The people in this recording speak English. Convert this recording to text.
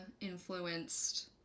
influenced